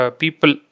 people